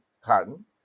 cotton